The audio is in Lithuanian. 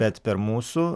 bet per mūsų